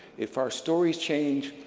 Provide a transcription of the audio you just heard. if our stories change,